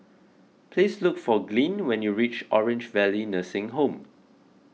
please look for Glynn when you reach Orange Valley Nursing Home